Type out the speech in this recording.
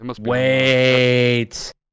Wait